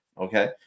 Okay